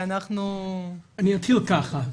כי אנחנו --- אני אתחיל ככה.